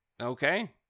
Okay